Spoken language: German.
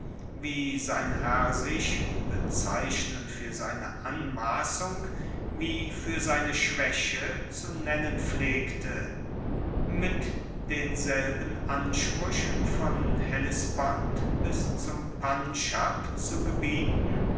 wie sein herr sich bezeichnend fuer seine anmassung wie fuer seine schwaeche zu nennen pflegte mit denselben anspruechen von hellespont bis zum pandschab zu gebieten